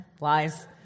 Lies